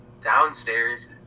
downstairs